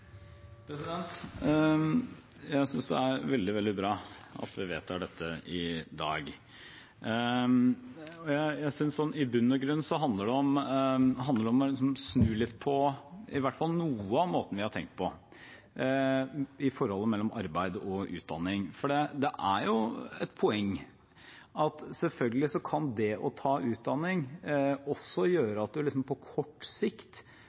veldig bra at vi vedtar dette i dag, og jeg synes i bunn og grunn at det handler om å snu litt på hvordan vi har tenkt på forholdet mellom arbeid og utdanning – i hvert fall noe av det. Det er et poeng at det å ta utdanning selvfølgelig kan gjøre at man på kort sikt